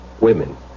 women